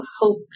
hope